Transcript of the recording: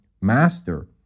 master